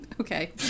Okay